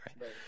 Right